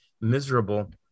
miserable